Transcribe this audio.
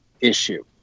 issue